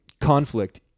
conflict